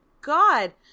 god